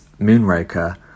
Moonraker